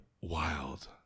Wild